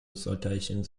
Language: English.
citations